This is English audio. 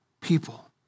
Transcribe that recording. people